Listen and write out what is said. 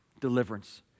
deliverance